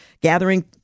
gathering